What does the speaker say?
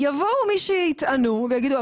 יבואו מי שיטענו ויגידו,